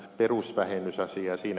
siinähän ed